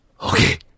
Okay